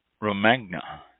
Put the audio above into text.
romagna